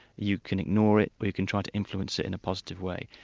you can ignore it, or you can try to influence it in a positive way.